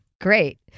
Great